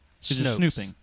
Snooping